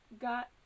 got